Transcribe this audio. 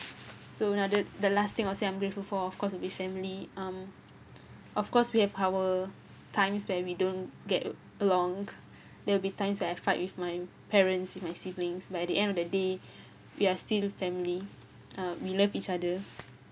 so another the last thing I'll say I'm grateful for of course will be family um of course we have our times where we don't get along there will be times where I fight with my parents with my siblings but at the end of the day we are still family uh we love each other